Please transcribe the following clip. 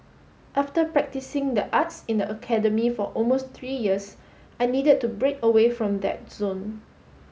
after practising the arts in the academy for almost three years I needed to break away from that zone